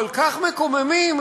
כל כך מקוממים,